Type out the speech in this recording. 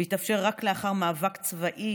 והיא התאפשרה רק לאחר מאבק צבאי,